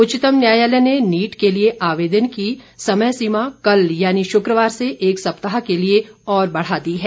उच्चतम न्यायालय ने नीट के लिए आवेदन की समय सीमा कल यानी शुक्रवार से एक सप्ताह के लिए और बढ़ा दी है